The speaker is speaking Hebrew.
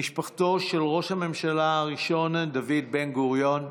משפחתו של ראש הממשלה הראשון דוד בן-גוריון,